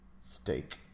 Steak